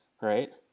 Right